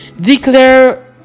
declare